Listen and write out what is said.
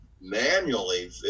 manually